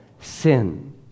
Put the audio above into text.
sin